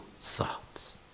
thoughts